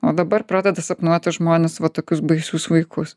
o dabar pradeda sapnuoti žmonės va tokius baisius vaikus